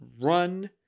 run